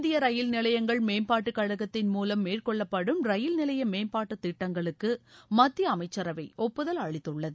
இந்திய ரயில் நிலையங்கள் மேம்பாட்டு கழகத்தின் மூலம் மேற்கொள்ளப்படும் ரயில் நிலைய மேம்பாட்டு திட்டங்களுக்கு மத்திய அமைச்சரவை ஒப்புதல் அளித்துள்ளது